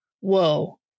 Whoa